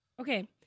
Okay